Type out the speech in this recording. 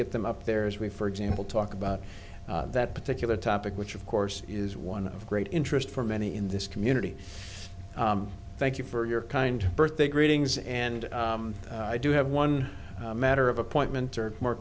get them up there as we for example talk about that particular topic which of course is one of great interest for many in this community thank you for your kind birthday greetings and i do have one matter of appointment or more